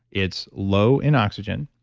it's low in oxygen,